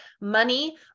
money